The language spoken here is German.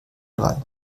drei